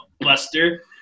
buster